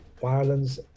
violence